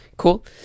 cool